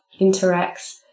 interacts